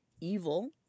evil